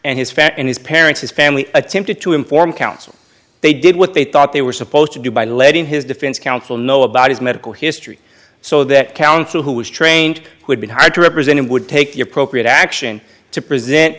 and his facts and his parents his family attempted to inform counsel they did what they thought they were supposed to do by letting his defense counsel know about his medical history so that counsel who was trained would be hired to represent him would take the appropriate action to present